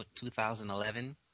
2011